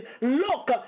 Look